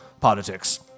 Politics